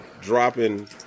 dropping